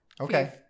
Okay